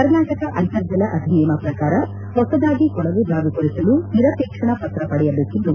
ಕರ್ನಾಟಕ ಅಂತರ್ಜಲ ಅಧಿನಿಯಮದ ಪ್ರಕಾರ ಹೊಸದಾಗಿ ಕೊಳವೆ ಬಾವಿ ಕೊರೆಸಲು ನಿರಪೇಕ್ಷಣಾ ಪತ್ರ ಪಡೆಯಬೇಕಿದ್ದು